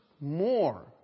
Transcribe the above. more